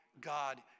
God